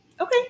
Okay